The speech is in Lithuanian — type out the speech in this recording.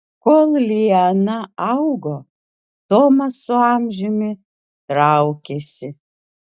kol liana augo tomas su amžiumi traukėsi